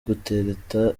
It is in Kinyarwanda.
gutereta